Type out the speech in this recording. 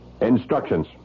Instructions